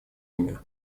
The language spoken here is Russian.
имя